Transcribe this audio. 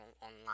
online